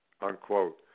unquote